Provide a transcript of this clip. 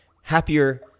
happier